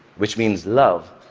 which means love,